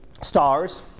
stars